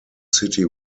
city